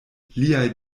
liaj